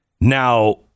Now